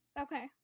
Okay